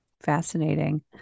Fascinating